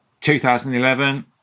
2011